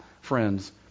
friends